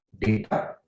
data